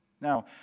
Now